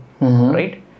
right